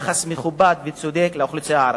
מדיניות ויחס מכובד וצודק לאוכלוסייה הערבית.